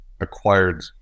acquired